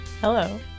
Hello